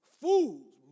Fools